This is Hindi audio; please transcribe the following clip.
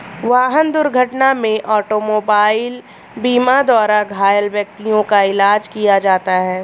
वाहन दुर्घटना में ऑटोमोबाइल बीमा द्वारा घायल व्यक्तियों का इलाज किया जाता है